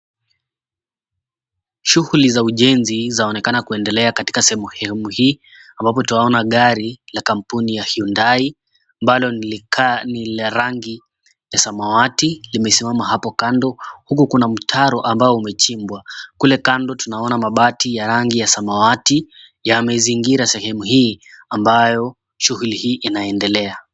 Shughuli za ujenzi zinaonekana kuendelea katika sehemu hii ambapo twaona gari la kampuni ya Hyundai, bado linakaa ni la rangi ya samawati, limesimama hapo kando huku kuna mtaro ambao umechimbwa kule kando, tunaona mabati ya rangi ya samawati yamezingira sehemu hii ambayo shughuli inaendelea.